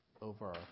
over